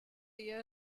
year